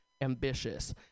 ambitious